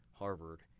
harvard